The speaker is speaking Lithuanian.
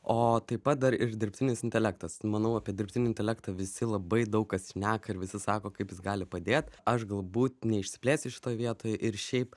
o taip pat dar ir dirbtinis intelektas manau apie dirbtinį intelektą visi labai daug kas šneka ir visi sako kaip jis gali padėt aš galbūt neišsiplėsiu šitoj vietoj ir šiaip